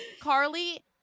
carly